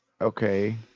okay